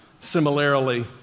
Similarly